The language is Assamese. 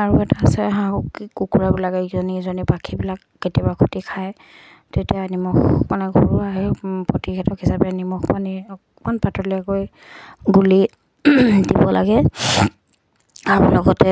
আৰু এটা আছে হাঁহ কুকুৰাবিলাকে ইজনী ইজনী পাখীবিলাক কেতিয়াবা খুতি খায় তেতিয়া নিমখ মানে ঘৰুৱা হে প্ৰতিষেধক হিচাপে নিমখ পানী অকণমান পাতলীয়াকৈ গুলি দিব লাগে আৰু লগতে